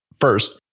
First